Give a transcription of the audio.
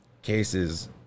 cases